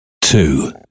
two